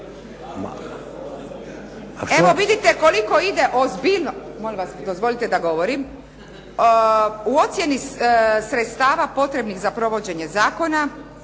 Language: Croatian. Evo vidite koliko ide ozbiljnost, molim vas, dozvolite da govorim, u ocjeni sredstava potrebnih za provođenje zakona